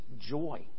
joy